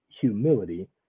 humility